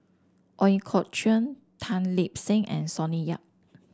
Ooi Kok Chuen Tan Lip Seng and Sonny Yap